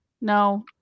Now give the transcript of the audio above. no